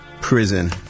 prison